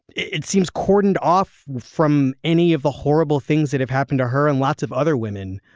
it seems cordoned off from any of the horrible things that have happened to her and lots of other women.